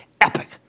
Epic